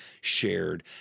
shared